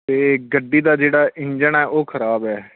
ਅਤੇ ਗੱਡੀ ਦਾ ਜਿਹੜਾ ਇੰਜਣ ਹੈ ਉਹ ਖ਼ਰਾਬ ਹੈ